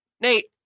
Nate